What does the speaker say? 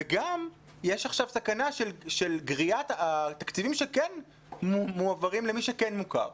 וגם יש עכשיו סכנה לגריעת התקציבים שכן מועברים למי שכן מוכר.